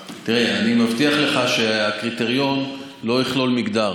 תראה, אני מבטיח לך שהקריטריון לא יכלול מגדר.